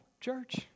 church